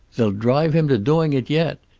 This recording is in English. they'll drive him to doing it yet.